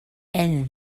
and